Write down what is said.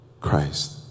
Christ